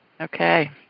Okay